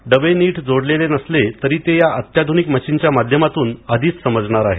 डबे नीट जोडलेले नसले तरी ते या अत्याध्रनिक मशिनच्या माध्यमातून आधीच समजणार आहे